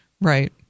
right